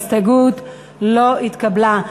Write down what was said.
ההסתייגות לא התקבלה.